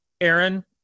Aaron